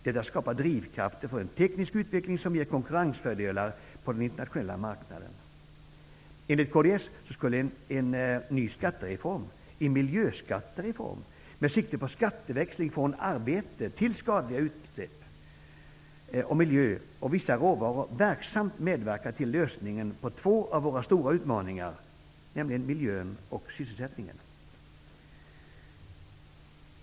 Detta skapar drivkrafter för en teknisk utveckling, som ger konkurrensfördelar på den internationella marknaden. Enligt kds skulle en ny skattereform -- en miljöskattereform -- med sikte på skatteväxling från arbete till skadliga utsläpp, miljö och vissa råvaror verksamt medverka till att vi lyckas med två av våra stora utmaningar, nämligen miljön och sysselsättningen.